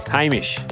Hamish